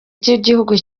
ry’igihugu